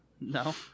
No